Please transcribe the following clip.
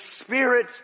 spirit